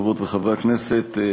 חברות וחברי הכנסת,